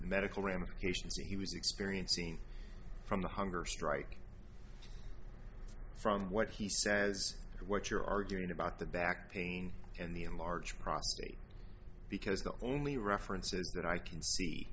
medical ramifications if he was experiencing from the hunger strike from what he says what you're arguing about the back pain and the enlarged prostate because not only references that i can see